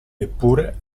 eppure